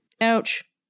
Ouch